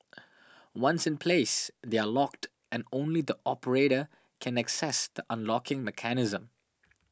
once in place they are locked and only the operator can access the unlocking mechanism